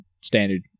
standard